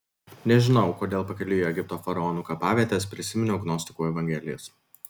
nežinau kodėl pakeliui į egipto faraonų kapavietes prisiminiau gnostikų evangelijas